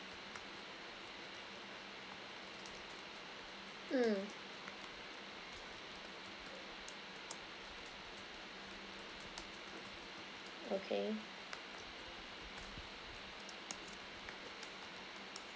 mm okay